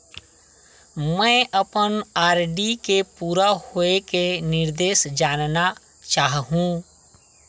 मैं अपन आर.डी के पूरा होये के निर्देश जानना चाहहु